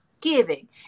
giving